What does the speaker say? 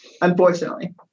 unfortunately